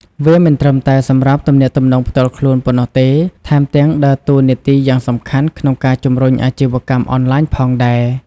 វាមិនត្រឹមតែសម្រាប់ទំនាក់ទំនងផ្ទាល់ខ្លួនប៉ុណ្ណោះទេ ថែមទាំងដើរតួនាទីយ៉ាងសំខាន់ក្នុងការជំរុញអាជីវកម្មអនឡាញផងដែរ។